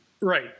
Right